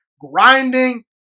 grinding